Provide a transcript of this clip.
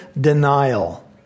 denial